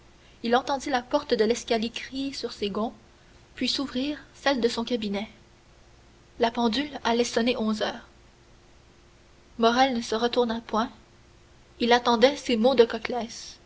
il entendit la porte de l'escalier crier sur ses gonds puis s'ouvrit celle de son cabinet la pendule allait sonner onze heures morrel ne se retourna point il attendait ces mots de